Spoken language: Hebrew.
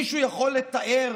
מישהו יכול לתאר,